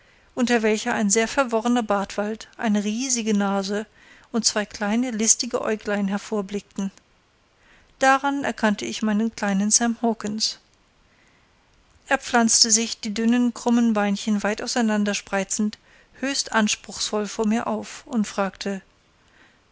unter welcher ein sehr verworrener bartwald eine riesige nase und zwei kleine listige aeuglein hervorblickten daran erkannte ich meinen kleinen sam hawkens er pflanzte sich die dünnen krummen beinchen weit auseinander spreizend höchst anspruchsvoll vor mir auf und fragte